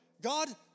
God